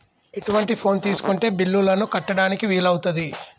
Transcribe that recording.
ఎటువంటి ఫోన్ తీసుకుంటే బిల్లులను కట్టడానికి వీలవుతది?